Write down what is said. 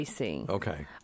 Okay